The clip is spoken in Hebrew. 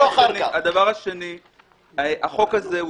החוק הזה באמת,